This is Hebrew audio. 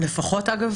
אדוני,